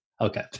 Okay